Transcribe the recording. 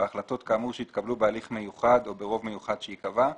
והחלטות כאמור שיתקבלו בהליך מיוחד או ברוב מיוחד שייקבע.